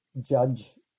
judge